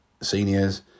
Seniors